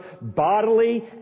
bodily